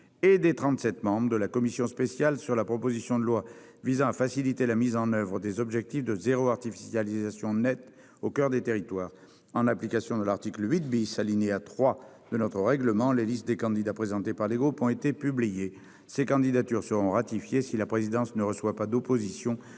et l'extension du risque incendie, et sur la proposition de loi visant à faciliter la mise en oeuvre des objectifs de « zéro artificialisation nette » au coeur des territoires. En application de l'article 8 , alinéa 3, de notre règlement, les listes des candidats présentés par les groupes politiques ont été publiées. Ces candidatures seront ratifiées si la présidence ne reçoit pas d'opposition